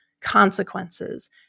consequences